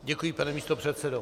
Děkuji, pane místopředsedo.